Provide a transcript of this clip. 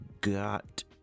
got